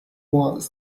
was